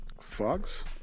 fogs